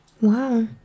Wow